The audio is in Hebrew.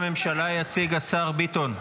את עמדת הממשלה יציג השר ביטון.